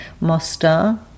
Mostar